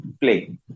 play